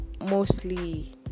mostly